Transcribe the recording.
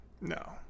No